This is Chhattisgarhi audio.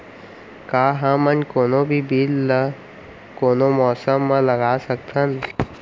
का हमन कोनो भी बीज ला कोनो मौसम म लगा सकथन?